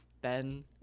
Ben